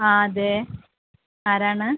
ആ അതെ ആരാണ്